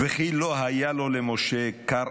וכי לא היה למשה כר